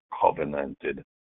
covenanted